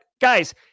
guys